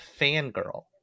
fangirl